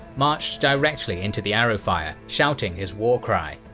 marched directly into the arrow fire, shouting his war cry.